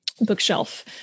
bookshelf